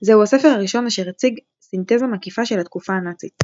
זהו הספר הראשון אשר הציג סינתזה מקיפה של התקופה הנאצית.